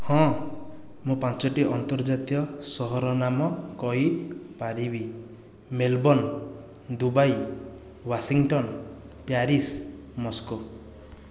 ହଁ ମୁଁ ପାଞ୍ଚଟି ଆନ୍ତର୍ଜାତୀୟ ସହର ନାମ କହିପାରିବି Melbourne Dubai Washington Paris Moscow